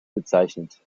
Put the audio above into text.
bezeichnet